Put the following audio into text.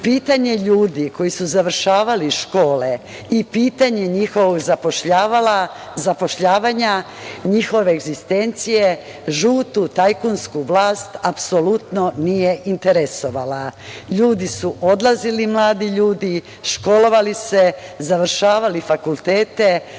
pitanje ljudi koji su završavali škole i pitanje njihovog zapošljavanja, njihove egzistencije, žutu tajkunsku vlast apsolutno nije interesovala. Mladi ljudi su odlazili, školovali se, završavali fakultete,